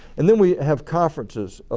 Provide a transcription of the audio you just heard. and then we have conferences,